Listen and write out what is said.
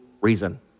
reason